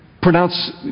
pronounce